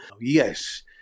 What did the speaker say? Yes